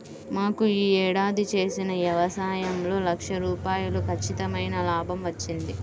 మాకు యీ ఏడాది చేసిన యవసాయంలో లక్ష రూపాయలు ఖచ్చితమైన లాభం వచ్చింది